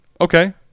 okay